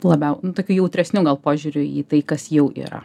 labiau nu tokiu jautresniu gal požiūriu į tai kas jau yra